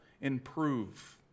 improve